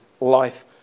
life